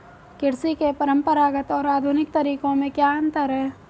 कृषि के परंपरागत और आधुनिक तरीकों में क्या अंतर है?